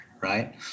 right